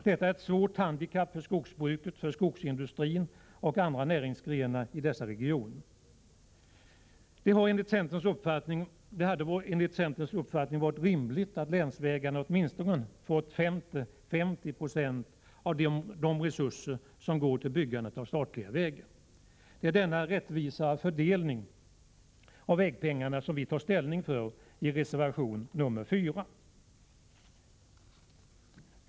Detta är ett svårt handikapp för skogsbruket, skogsindustrin, andra näringsgrenar i dessa regioner. Det hade enligt centerns uppfattning varit rimligt att länsvägarna åtminstone fått 50 76 av de resurser som går till byggandet av statliga vägar. Det är denna rättvisare fördelning av vägpengarna som vi tar ställning för i reservation nr 4.